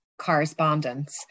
correspondence